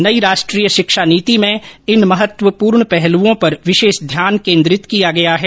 नई राष्ट्रीय शिक्षा नीति में इन महत्वपूर्ण पहलुओ पर विशेष ध्यान केन्द्रित किया गया है